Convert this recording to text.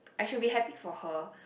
I should be happy for her